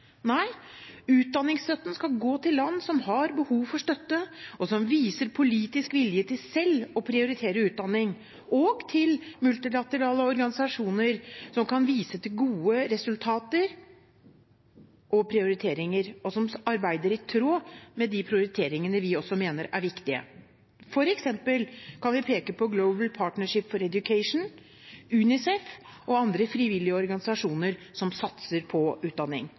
Utdanningsstøtten skal gå til land som har behov for støtte, og som viser politisk vilje til selv å prioritere utdanning, og til multilaterale organisasjoner som kan vise til gode resultater og prioriteringer, og som arbeider i tråd med de prioriteringene vi også mener er viktige. For eksempel kan vi peke på Global Partnership for Education, UNICEF og andre frivillige organisasjoner som satser på utdanning.